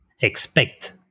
expect